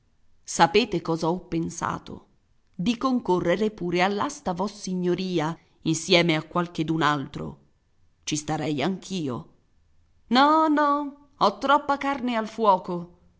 sapete cosa ho pensato di concorrere pure all'asta vossignoria insieme a qualchedun altro ci starei anch'io no no ho troppa carne al fuoco